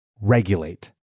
regulate